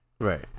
Right